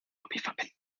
lobbyverbänden